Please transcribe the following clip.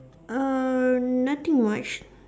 uh nothing much